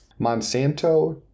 Monsanto